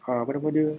!huh! apa nama dia